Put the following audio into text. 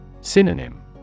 Synonym